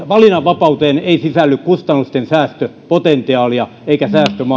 valinnanvapauteen ei sisälly kustannusten säästöpotentiaalia eikä